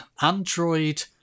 Android